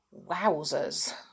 Wowzers